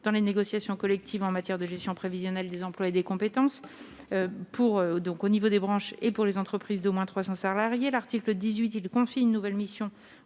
dans les négociations collectives en matière de gestion prévisionnelle des emplois et des compétences pour donc au niveau des branches et pour les entreprises d'au moins 300 salariés, l'article 18, il confie une nouvelle mission